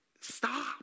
Stop